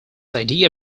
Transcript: idea